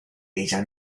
ella